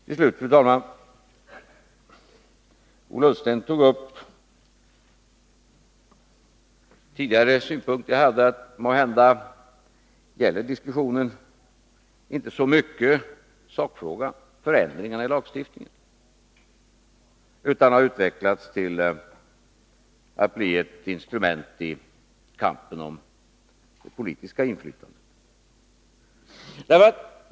Till slut, fru talman: Ola Ullsten tog upp den tidigare synpunkt som jag hade om att diskussionen måhända inte så mycket gäller sakfrågan, förändringarna i lagstiftningen, utan har utvecklats till att bli ett instrument i kampen om det politiska inflytandet.